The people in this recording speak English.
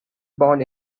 born